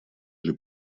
или